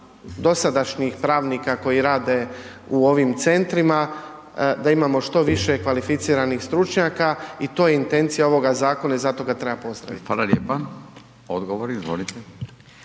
dosadašnjih pravnika koji rade u ovim centrima da imamo što više kvalificiranih stručnjaka i to je intencija ovoga zakona i zato ga treba postaviti.